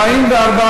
התשע"ו 2015, נתקבל.